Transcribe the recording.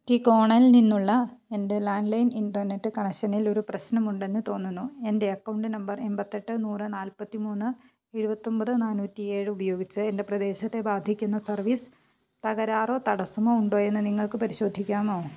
ടികോണല് നിന്നുള്ള എന്റെ land line internet കണക്ഷനിൽ ഒരു പ്രശ്നമുണ്ടെന്നു തോന്നുന്നു എൻ്റെ അക്കൗണ്ട് നമ്പർ എണ്പത്തിയെട്ട് നൂറ് നാല്പ്പത്തിമൂന്ന് എഴുപത്തി ഒന്പത് നാനൂറ്റിയേഴ് ഉപയോഗിച്ച് എൻ്റെ പ്രദേശത്തെ ബാധിക്കുന്ന സർവീസ് തകരാറോ തടസ്സമോ ഉണ്ടോയെന്നു നിങ്ങൾക്കു പരിശോധിക്കാമോ